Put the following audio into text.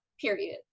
period